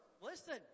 Listen